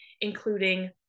including